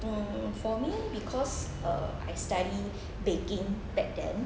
um for me because err I study baking back then